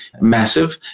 massive